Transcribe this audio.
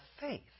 faith